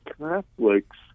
catholics